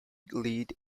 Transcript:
lead